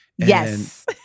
Yes